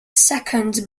seconds